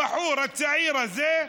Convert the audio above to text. הבחור הצעיר הזה,